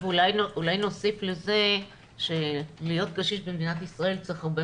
אולי נוסיף לזה שלהיות קשיש במדינת ישראל צריך הרבה